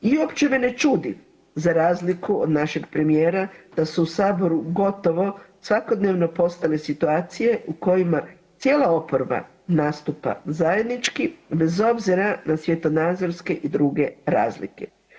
I uopće me ne čudi za razliku od našeg premijera da su u Saboru gotovo svakodnevno postale situacije u kojima cijela oporba nastupa zajednički bez obzira na svjetonazorske i druge razlike.